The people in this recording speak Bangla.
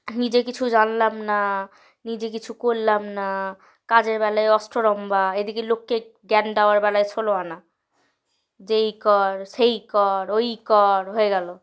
নিজে কিছু জানলাম না নিজে কিছু করলাম না কাজের বেলায় অষ্টরম্ভা এদিকে লোককে জ্ঞান দেওয়ার বেলায় ষোলোআনা যে এই কর সেই কর ওই কর হয়ে গেলো